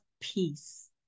peace